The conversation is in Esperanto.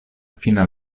fina